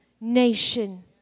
nation